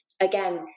again